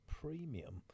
premium